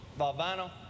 Valvano